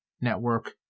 network